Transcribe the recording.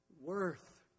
worth